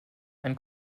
ein